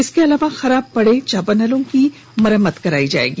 इसके अलावा खराब चापानलों की मरम्मत कराई जाएगी